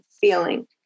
feeling